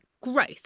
growth